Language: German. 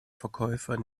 verkäufer